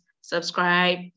subscribe